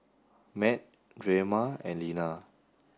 Matt Drema and Lena